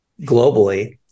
globally